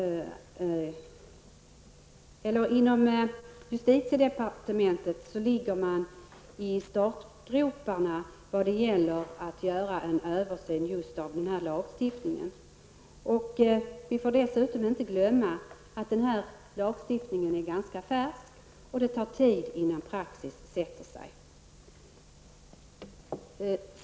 Inom justitiedepartementet ligger man i startgroparna vad gäller en översyn av denna lagstiftning. Vi får dessutom inte glömma att denna lagstiftning är ganska färsk. Det tar tid innan praxis sätter sig.